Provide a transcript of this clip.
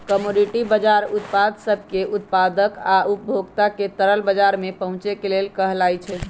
commodity बजार उत्पाद सब के उत्पादक आ उपभोक्ता के तरल बजार में पहुचे के लेल कहलाई छई